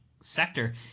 sector